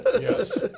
Yes